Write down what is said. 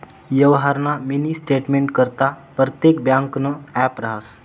यवहारना मिनी स्टेटमेंटकरता परतेक ब्यांकनं ॲप रहास